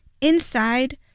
Inside